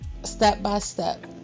step-by-step